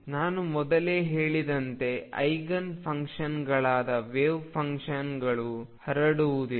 ನಾನು ಮೊದಲೇ ಹೇಳಿದಂತೆ ಐಗನ್ ಫಂಕ್ಷನ್ಗಳಾದ ವೆವ್ಫಂಕ್ಷನ್ಗಳು ಹರಡುವುದಿಲ್ಲ